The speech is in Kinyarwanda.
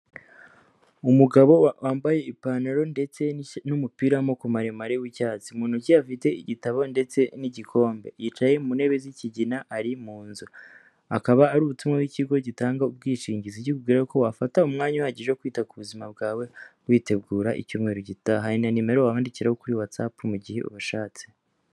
Umugabo wambaye ipantaro ndetse n'umupira w'amoboko maremare w'icyatsi, mu ntoki afite igitabo ndetse n'igikombe, yicaye mu ntebe z'ikigina ari mu nzu akaba ari ubutumwa bw'ikigo gitanga ubwishingizi kikubwira ko wafata umwanya uhagije wo kwita ku buzima bwawe witegura icyumweru gitaha, hari na nimero wabandikiraho kuri Watsapu mu gihe ubashatse.